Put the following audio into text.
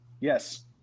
Yes